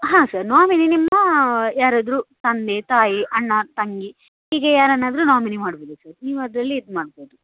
ಹಾಂ sir nominee ನಿಮ್ಮ ಯಾರಾದರೂ ತಂದೆ ತಾಯಿ ಅಣ್ಣ ತಂಗಿ ಹೀಗೆ ಯಾರನ್ನಾದರೂ ನಾಮಿನಿ ಮಾಡ್ಬೌದು ಸರ್ ನೀವು ಅದರಲ್ಲಿ ಇದು ಮಾಡ್ಬೌದು